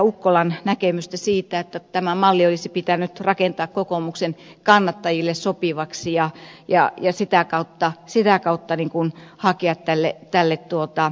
ukkolan näkemystä siitä että tämä malli olisi pitänyt rakentaa kokoomuksen kannattajille sopivaksi ja sitä kautta hakea tälle esitykselle tuki